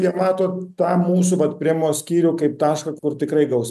jie mato tą mūsų vat primo skyrių kaip tašką kur tikrai gaus